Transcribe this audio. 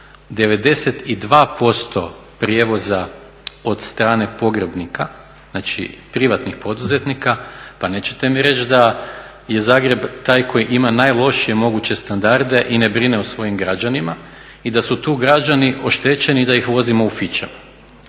92% prijevoza od strane pogrebnika, znači privatnih poduzetnika, pa nećete mi reći da je Zagreb taj koji ima najlošije moguće standarde i ne brine o svojim građanima i da su tu građani oštećeni da ih vozimo u fićama.